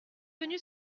venus